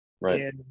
Right